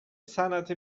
صنعت